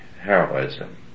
heroism